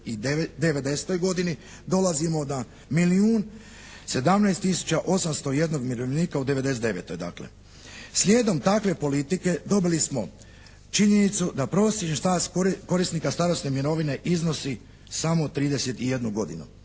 1990.-toj godini dolazimo na milijun 17 tisuća 801 umirovljenika na 1999.-toj dakle. Slijedom takve politike dobili smo činjenicu da prosječni staž korisnika starosne mirovine iznosi samo 31 godinu,